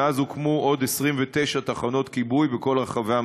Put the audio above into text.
ומאז הוקמו עוד 29 תחנות כיבוי בכל רחבי המדינה.